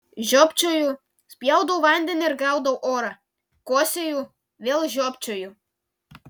žiopčioju spjaudau vandenį ir gaudau orą kosėju vėl žiopčioju